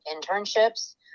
internships